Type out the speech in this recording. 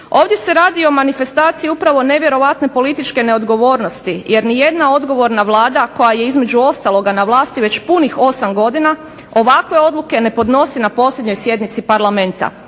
Ovdje se radi o manifestaciji upravo nevjerojatne političke neodgovornosti, jer nijedna odgovorna vlada koja je između ostaloga na vlasti već punih 8 godina, ovakve odluke ne podnose na posljednjoj sjednici Parlamenta.